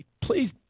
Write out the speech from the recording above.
please